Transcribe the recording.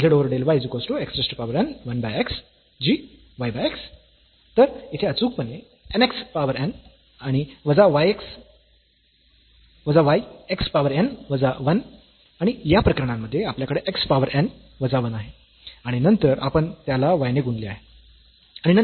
तर येथे अचूकपणे n x पावर n आणि वजा y x पावर n वजा 1 आणि या प्रकरणामध्ये आपल्याकडे x पावर n वजा 1 आहे आणि नंतर आपण त्याला y ने गुणले आहे